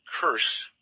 curse